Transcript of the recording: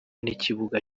n’ikibuga